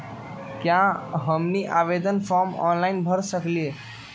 क्या हमनी आवेदन फॉर्म ऑनलाइन भर सकेला?